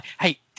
hey